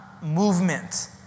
movement